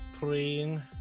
praying